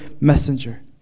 messenger